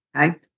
okay